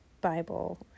Bible